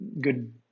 good